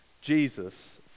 Jesus